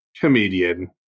comedian